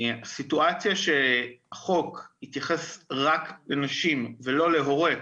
סיטואציה שחוק התייחס רק לנשים ולא להורה,